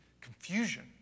confusion